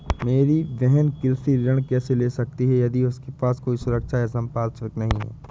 मेरी बहिन कृषि ऋण कैसे ले सकती है यदि उसके पास कोई सुरक्षा या संपार्श्विक नहीं है?